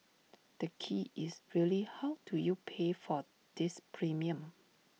the key is really how do you pay for this premium